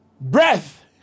Breath